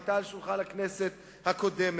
היתה על שולחן הכנסת הקודמת.